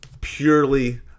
purely